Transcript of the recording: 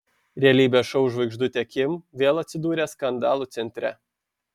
realybės šou žvaigždutė kim vėl atsidūrė skandalų centre